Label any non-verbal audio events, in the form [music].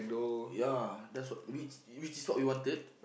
[noise] ya that's wha~ which which is what we wanted